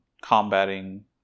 combating